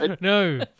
No